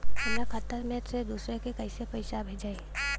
हमरा खाता से दूसरा में कैसे पैसा भेजाई?